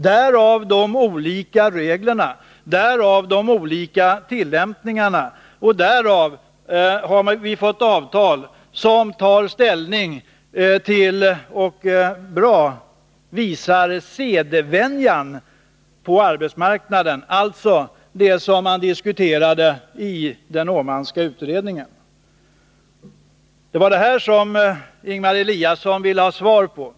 Därav de olika reglerna, därav de olika tillämpningarna. Därför har vi också fått avtal som tar ställning till och mycket bra visar sedvänjan på arbetsmarknaden — det som man diskuterade i den Åmanska utredningen. Det var detta som Ingemar Eliasson ville ha svar på.